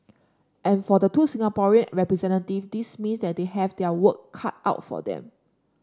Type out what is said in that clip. and for the two Singaporean representative this means that they have their work cut out for them